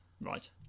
Right